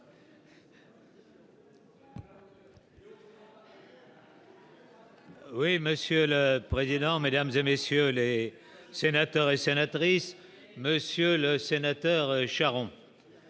Oui, monsieur le président, Mesdames et messieurs les sénateurs et sénatrices, Monsieur le Sénateur, Charon,